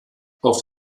auf